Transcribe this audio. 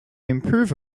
improve